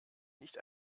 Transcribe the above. nicht